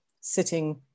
sitting